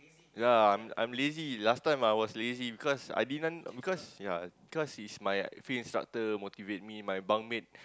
ya I'm I'm lazy last time I was lazy because I didn't because ya cause he's my field instructor motivate me my bunk mate